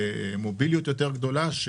למוביליות יותר גדולה,